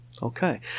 Okay